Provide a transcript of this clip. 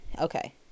okay